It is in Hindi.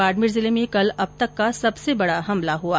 बाडमेर जिले में कल अब तक का सबसे बड़ा हमला हुआ